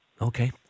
Okay